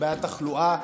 מבעיית תחלואה,